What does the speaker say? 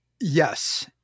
Yes